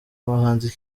abahanzi